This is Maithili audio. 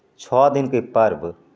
छ दिनके पर्व